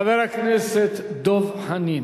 חבר הכנסת דב חנין,